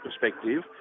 perspective